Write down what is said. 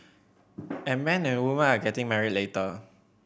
and men and women are getting married later